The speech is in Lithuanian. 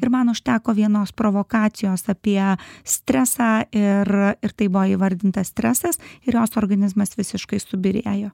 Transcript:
ir man užteko vienos provokacijos apie stresą ir ir tai buvo įvardintas stresas ir jos organizmas visiškai subyrėjo